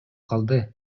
калды